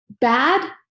Bad